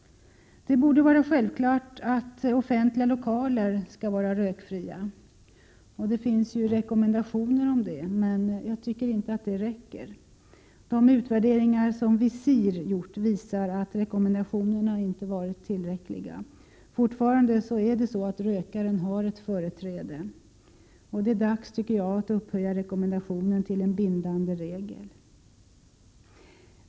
Det borde vara självklart att offentliga lokaler skall vara rökfria, och det finns ju rekommendationer om detta. Men det räcker inte. De utvärderingar som VISIR gjort visar att rekommendationerna inte är tillräckliga. Fortfarande har rökaren företräde. Det är dags att upphöja rekommendationen till en bindande regel.